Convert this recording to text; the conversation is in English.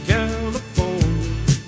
California